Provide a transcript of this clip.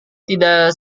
tidak